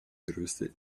größte